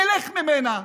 נלך ממנה.